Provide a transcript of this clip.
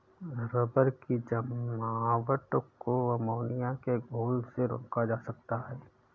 rubber की जमावट को अमोनिया के घोल से रोका जा सकता है